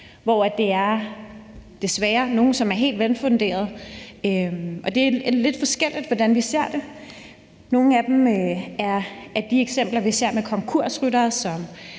hvor det desværre er nogle, som er helt velfunderede. Det er lidt forskelligt, hvad vi ser. Nogle af dem er de eksempler, vi ser med konkursryttere,